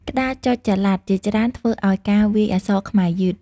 ក្តារចុចចល័តជាច្រើនធ្វើឱ្យការវាយអក្សរខ្មែរយឺត។